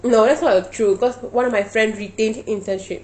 you know that's sort of true cause one of my friend retained internship